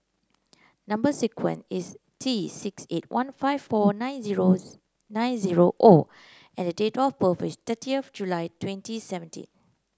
number sequence is T six eight one five four nine zero nine zero O and date of birth is thirtieth of July twenty seventeen